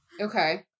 Okay